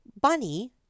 Bunny